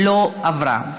לא נתקבלה.